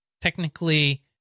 technically